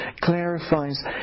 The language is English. clarifies